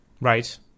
Right